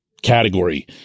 Category